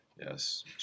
Yes